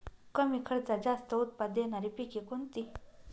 कमी खर्चात जास्त उत्पाद देणारी पिके कोणती?